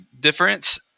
difference